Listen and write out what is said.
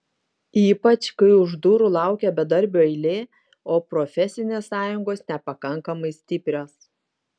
ypač kai už durų laukia bedarbių eilė o profesinės sąjungos nepakankamai stiprios